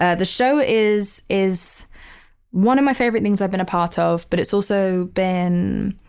ah the show is, is one of my favorite things i've been a part of. but it's also been